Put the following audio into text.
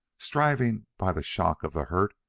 striving, by the shock of the hurt,